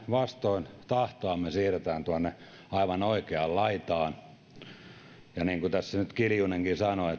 vastoin tahtoamme siirretään tuonne aivan oikeaan laitaan ja siitä syystä niin kuin tässä nyt kiljunenkin sanoi